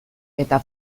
eta